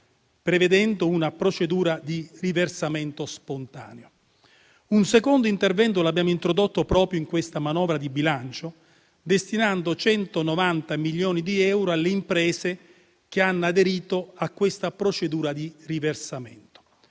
prevedendo una procedura di riversamento spontaneo. Un secondo intervento lo abbiamo introdotto proprio in questa manovra di bilancio, destinando 190 milioni di euro alle imprese che hanno aderito a questa procedura di riversamento,